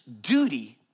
duty